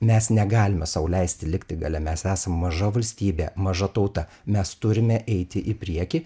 mes negalime sau leisti likti gale mes esam maža valstybė maža tauta mes turime eiti į priekį